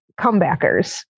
comebackers